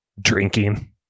drinking